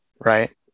right